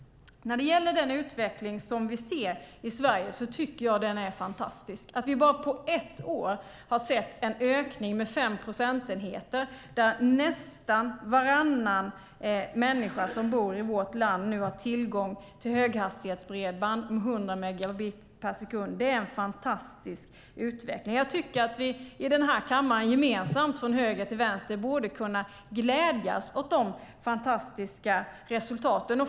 Jag tycker att den utveckling vi ser i Sverige är fantastisk. På bara ett år har vi sett en ökning med 5 procentenheter där nästan varannan människa som bor i vårt land nu har tillgång till höghastighetsbredband med 100 megabit per sekund. Det är en fantastisk utveckling. Jag tycker att vi i den här kammaren, gemensamt från höger till vänster, borde kunna glädjas åt dessa fantastiska resultat.